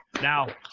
Now